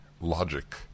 logic